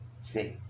See